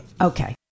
Okay